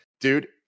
dude